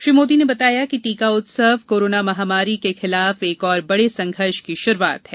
श्री मोदी ने बताया कि टीका उत्सव कोरोना महामारी के खिलाफ एक और बड़े संघर्ष की शुरूआत है